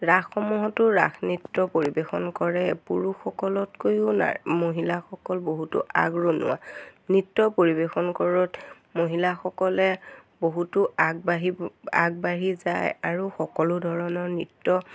ৰাসসমূহতো ৰাস নৃত্য পৰিৱেশন কৰে পুৰুষসকলতকৈও না মহিলাসকল বহুতো আগ্ৰণোৱা নৃত্য পৰিৱেশন কৰাত মহিলাসকলে বহুতো আগবাঢ়িব আগবাঢ়ি যায় আৰু সকলো ধৰণৰ নৃত্য